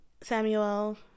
Samuel